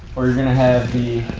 or you're gonna have the.